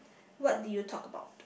what did you talk about